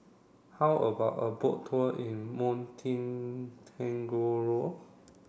how about a boat tour in Montenegro